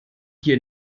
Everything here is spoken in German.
hier